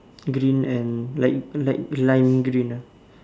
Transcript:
green and like like lime green ah